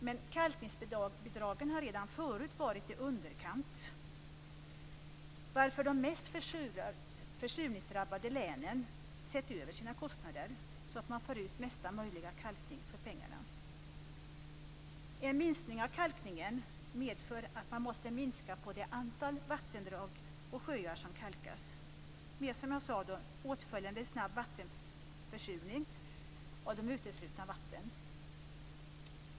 Men kalkningsbidragen har redan förut varit i underkant, varför de mest försurningsdrabbade länen sett över kostnaderna, så att man får ut mesta möjliga kalkning för pengarna. En minskning av kalkningen medför att man måste minska på det antal vattendrag och sjöar som kalkas, med åtföljande snabb vattenförsurning, som jag sade förut, av de uteslutna vattnen.